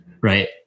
right